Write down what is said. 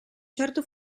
certo